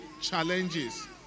challenges